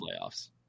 playoffs